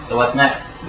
what's next?